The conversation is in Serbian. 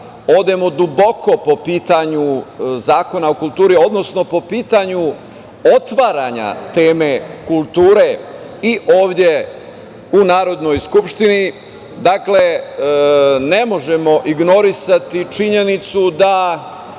odemo duboko po pitanju Zakona o kulturi, odnosno po pitanju otvaranja teme kulture i ovde u Narodnoj skupštini. Dakle, ne možemo ignorisati činjenicu da